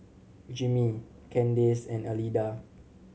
Jimmie Candace and Alida